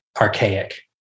archaic